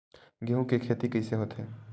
गेहूं के खेती कइसे होथे?